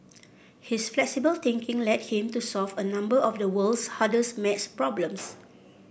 his flexible thinking led him to solve a number of the world's hardest maths problems